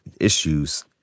issues